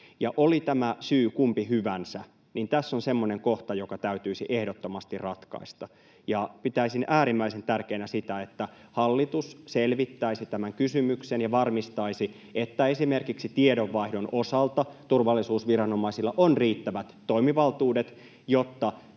Ja oli tämä syy kumpi hyvänsä, tässä on semmoinen kohta, joka täytyisi ehdottomasti ratkaista. Pitäisin äärimmäisen tärkeänä, että hallitus selvittäisi tämän kysymyksen ja varmistaisi, että esimerkiksi tiedonvaihdon osalta turvallisuusviranomaisilla on riittävät toimivaltuudet,